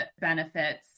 benefits